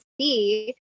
see